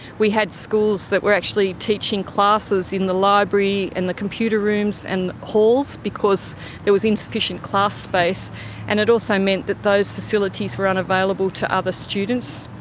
we had schools that were actually teaching classes in the library and the computer rooms and halls because there was insufficient class space and it also meant that those facilities were unavailable to other students.